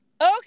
okay